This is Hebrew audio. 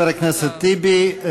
חבר הכנסת טיבי.